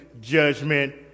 judgment